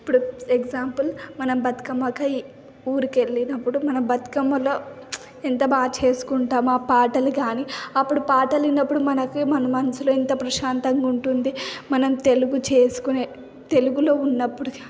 ఇప్పుడు ఎగ్జాంపుల్ మనం బతకమ్మకై ఊరికెళ్ళినప్పుడు మన బతకమ్మలో ఎంత బాగా చేసుకుంటామో ఆ పాటలు కాని అప్పుడు పాటలిన్నప్పుడు మనకి మన మనుసులో ఎంత ప్రశాంతంగా ఉంటుంది మనం తెలుగు చేసుకునే తెలుగులో ఉన్నప్పుడు